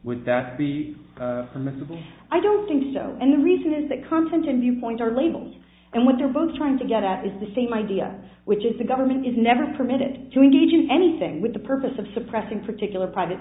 would that be permissible i don't think so and the reason is that content and viewpoint are labels and what they're both trying to get at is the same idea which is the government is never permitted to engage in anything with the purpose of suppressing particular private